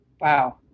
Wow